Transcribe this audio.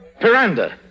Piranda